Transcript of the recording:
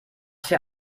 für